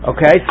Okay